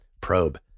probe